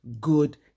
good